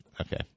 Okay